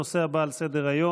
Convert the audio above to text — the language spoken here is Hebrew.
הנושא הבא על סדר-היום,